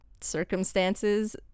circumstances